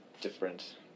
different